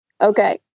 Okay